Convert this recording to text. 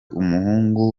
umuhungu